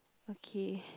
okay